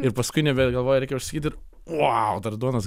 ir paskui ne bet galvoji reikia užsisakyt ir vau dar duonos